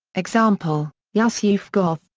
example yousuf goth.